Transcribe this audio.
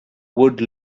would